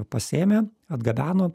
pasiėmę atgabeno